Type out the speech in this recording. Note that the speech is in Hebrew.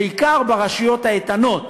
בעיקר ברשויות האיתנות.